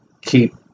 keep